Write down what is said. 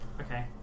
Okay